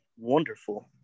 wonderful